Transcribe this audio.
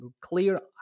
clear